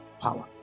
Power